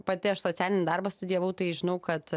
pati aš socialinį darbą studijavau tai žinau kad